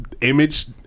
image